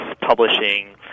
publishing